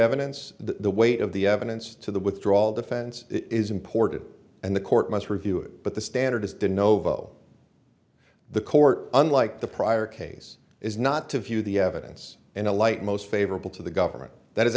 evidence the weight of the evidence to the withdrawal defense is important and the court must review it but the standard is the novo the court unlike the prior case is not to view the evidence in a light most favorable to the government that is